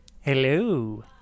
Hello